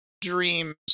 dreams